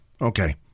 Okay